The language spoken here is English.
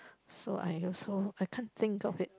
so I also I can't think of it